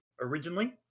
originally